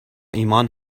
ایمان